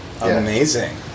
Amazing